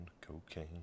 cocaine